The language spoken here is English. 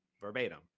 verbatim